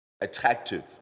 attractive